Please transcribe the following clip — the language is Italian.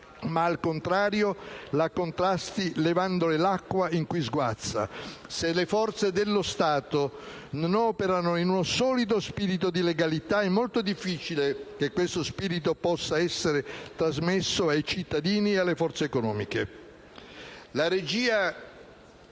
ma, al contrario, la contrasti levandole l'acqua in cui sguazza. Se le forze dello Stato non operano in un solido spirito di legalità, è molto difficile che questo spirito possa essere trasmesso ai cittadini e alle forze economiche.